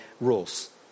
rules